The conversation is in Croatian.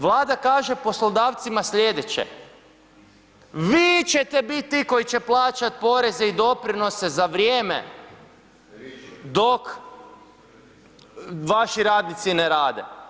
Vlada kaže poslodavcima slijedeće, vi ćete bit ti koji će plaćat poreze i doprinose za vrijeme dok vaši radnici ne rade.